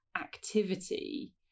activity